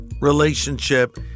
relationship